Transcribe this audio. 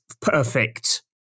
perfect